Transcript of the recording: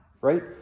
right